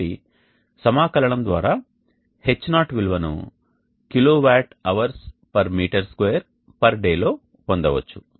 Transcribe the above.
కాబట్టి సమాకలనం ఇంటెగ్రేషన్ ద్వారా H0 విలువను kWhm2day లో పొందవచ్చు